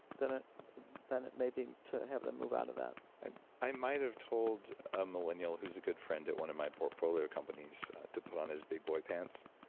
then it then it may be to have them move out of that i i might have told a millennial who's a good friend at one of my portfolio companies to put on his big boy pants.